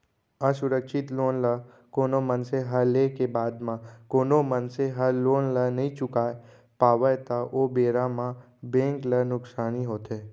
असुरक्छित लोन ल कोनो मनसे ह लेय के बाद म कोनो मनसे ह लोन ल नइ चुकावय पावय त ओ बेरा म बेंक ल नुकसानी होथे